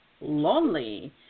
lonely